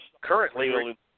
Currently